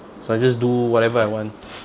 so I just do whatever I want